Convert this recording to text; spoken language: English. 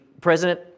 President